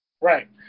Right